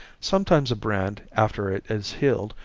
sometimes a brand, after it is healed,